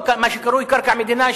מה שקרוי קרקע מדינה,